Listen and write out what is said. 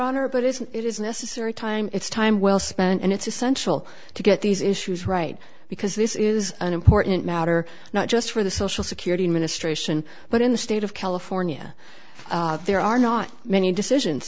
honor but isn't it is necessary time it's time well spent and it's essential to get these issues right because this is an important matter not just for the social security administration but in the state of california there are not many decisions